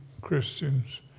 Christians